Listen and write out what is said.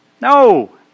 No